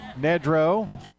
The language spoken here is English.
Nedro